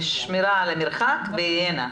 שמירה על מרחק והיגיינה.